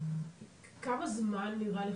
כמה זמן נראה לך?